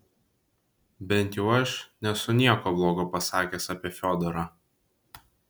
bent jau aš nesu nieko blogo pasakęs apie fiodorą